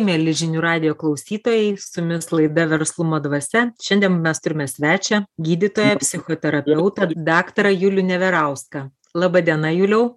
mieli žinių radijo klausytojai su jumins laida verslumo dvasia šiandien mes turime svečią gydytoją psichoterapeutą daktarą julių neverauską laba diena juliau